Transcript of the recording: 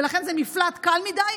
ולכן זה מפלט קל מדי,